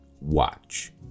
watch